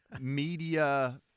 media